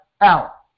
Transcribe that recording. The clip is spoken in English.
out